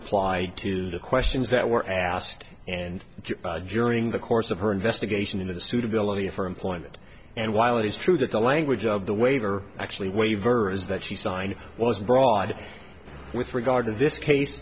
apply to the questions that were asked and joining the course of her investigation into the suitability of her employment and while it is true that the language of the waiver actually waivers that she signed was broad with regard to this case